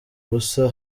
ubusa